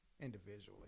individually